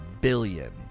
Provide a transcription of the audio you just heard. billion